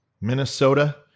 Minnesota